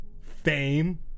Fame